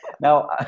Now